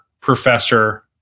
Professor